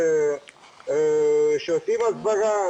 שעושים הסברה,